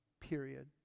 period